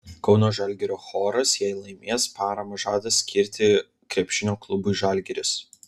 kauno žalgirio choras jei laimės paramą žada skirti krepšinio klubui žalgiris